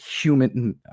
human